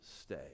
stay